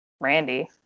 Randy